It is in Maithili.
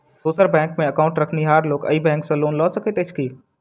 दोसर बैंकमे एकाउन्ट रखनिहार लोक अहि बैंक सँ लोन लऽ सकैत अछि की?